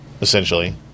essentially